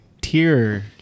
tier